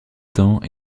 temps